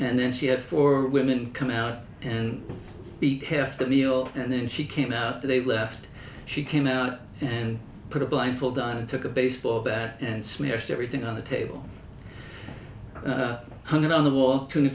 and then she had four women come out and eat half the meal and then she came out they left she came out and put a blindfold on and took a baseball bat and smears to everything on the table hung it on the wall t